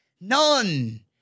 None